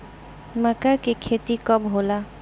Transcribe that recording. मक्का के खेती कब होला?